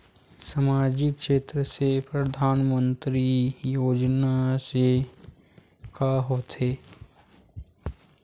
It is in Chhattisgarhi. सामजिक क्षेत्र से परधानमंतरी योजना से का होथे?